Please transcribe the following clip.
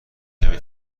کمی